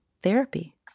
Therapy